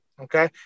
Okay